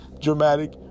dramatic